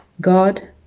god